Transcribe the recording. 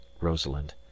rosalind